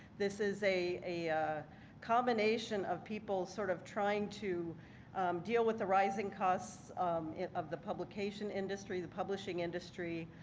this is a a combination of people sort of trying to deal with the rising costs of the publication industry, the publishing industry,